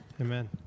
Amen